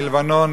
מלבנון,